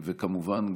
וכמובן,